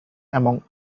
among